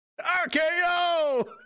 rko